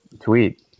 tweet